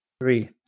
Three